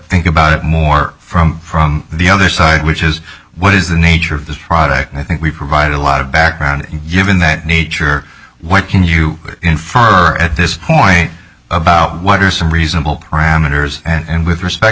think about it more from from the other side which is what is the nature of this product and i think we provide a lot of background given that nature what can you infer at this point about what are some reasonable promenaders and with respect